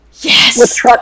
Yes